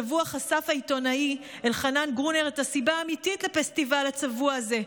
השבוע חשף העיתונאי אלחנן גרונר את הסיבה האמיתית לפסטיבל הצבוע הזה.